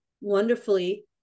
wonderfully